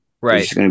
Right